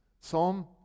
Psalm